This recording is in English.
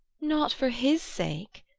not for his sake,